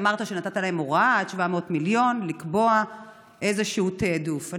אמרת שנתת להם הוראה לקבוע איזשהו תעדוף עד 700 מיליון,